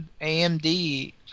AMD